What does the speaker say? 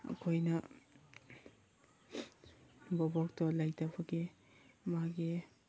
ꯑꯩꯈꯣꯏꯅ ꯕꯣꯕꯣꯛꯇꯣ ꯂꯩꯇꯕꯒꯤ ꯃꯥꯒꯤ